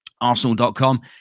arsenal.com